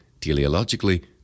teleologically